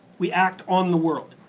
we act on the world,